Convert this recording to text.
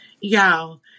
y'all